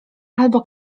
albo